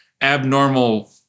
abnormal